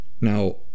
now